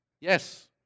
Yes